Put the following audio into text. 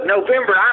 November